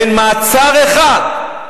אין מעצר אחד.